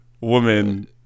woman